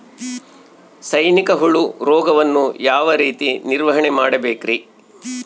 ಸೈನಿಕ ಹುಳು ರೋಗವನ್ನು ಯಾವ ರೇತಿ ನಿರ್ವಹಣೆ ಮಾಡಬೇಕ್ರಿ?